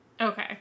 Okay